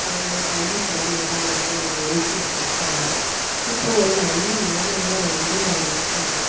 அதனால் கல்வி கடனில்தான் வந்து அவர் எம்சிஎ படிச்சாங்க இப்போ ஒரு நல்ல நிலமைல வந்து அவர் இருக்கார்